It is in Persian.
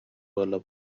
بالا